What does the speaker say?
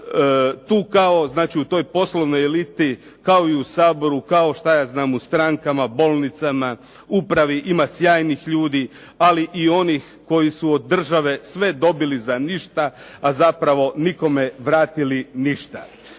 znači u toj poslovnoj eliti, kao i u Saboru, kao šta ja znam u strankama, bolnicama, upravi ima sjajnih ljudi, ali i onih koji su od države sve dobili za ništa, a zapravo nikome vratili ništa.